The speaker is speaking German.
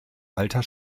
alter